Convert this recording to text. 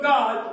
God